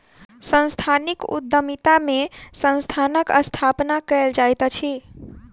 सांस्थानिक उद्यमिता में संस्थानक स्थापना कयल जाइत अछि